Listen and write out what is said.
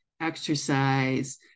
exercise